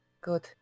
Good